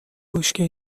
بشکه